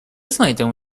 znajdę